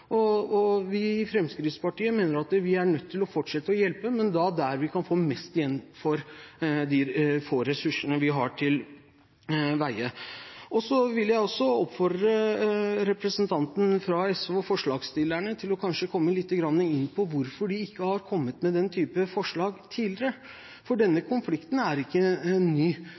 Vi i Fremskrittspartiet mener at vi er nødt til å fortsette å hjelpe, men da der vi kan få mest igjen for de få ressursene vi har til rådighet. Så vil jeg også oppfordre representantene fra Sosialistisk Venstreparti, dvs. forslagsstillerne, til å komme litt inn på hvorfor de ikke har kommet med denne type forslag tidligere. For denne konflikten er ikke ny.